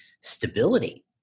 stability